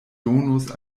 donos